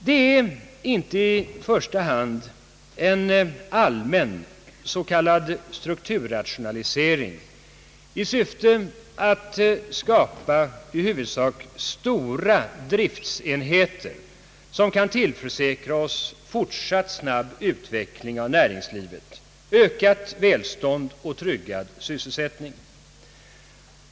Det är nämligen inte i första hand en allmän s.k. strukturrationalisering i syfte att skapa i huvudsak stora driftsenheter, som kan tillförsäkra oss fortsatt snabb utveckling av näringslivet, ökat välstånd och tryggad sysselsättning.